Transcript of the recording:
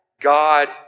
God